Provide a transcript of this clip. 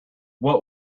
what